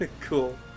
Cool